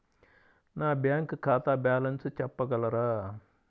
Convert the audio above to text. నా బ్యాంక్ ఖాతా బ్యాలెన్స్ చెప్పగలరా?